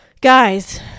Guys